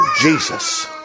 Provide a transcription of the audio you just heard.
Jesus